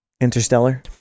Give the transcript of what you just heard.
Interstellar